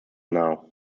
now